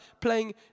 playing